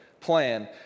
plan